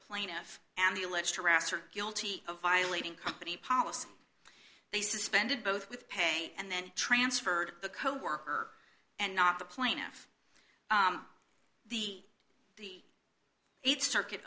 plaintiff and the alleged harasser guilty of violating company policy they suspended both with pay and then transferred the co worker and not the plaintiff the the eight circuit